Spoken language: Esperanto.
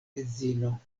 edzino